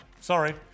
Sorry